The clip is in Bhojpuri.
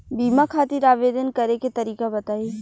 बीमा खातिर आवेदन करे के तरीका बताई?